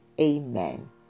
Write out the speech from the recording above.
Amen